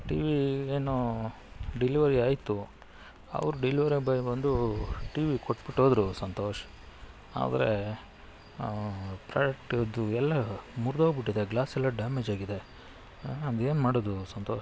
TV ಏನು delivery ಆಯಿತು ಅವ್ರು ಡೆಲಿವರಿ ಬಾಯ್ ಬಂದು ಟಿವಿ ಕೊಟ್ಬಿಟ್ಟೋದ್ರು ಸಂತೋಷ್ ಆದರೆ ಕರೆಕ್ಟಿದ್ದಿದ್ದೆಲ್ಲ ಮುರಿದೋಗ್ಬಿಟ್ಟಿದೆ ಗ್ಲಾಸೆಲ್ಲ ಡ್ಯಾಮೇಜಾಗಿದೆ ಅದೇನು ಮಾಡೋದು ಸಂತೋಷ್